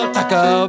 Taco